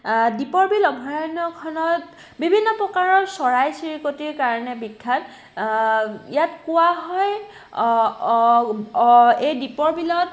দীপৰ বিল অভয়াৰণ্যখনত বিভিন্ন প্ৰকাৰৰ চৰাই চিৰিকটিৰ কাৰণে বিখ্যাত ইয়াত কোৱা হয় এই দীপৰ বিলত